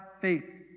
faith